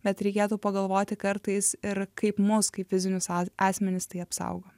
bet reikėtų pagalvoti kartais ir kaip mus kaip fizinius a asmenis tai apsaugo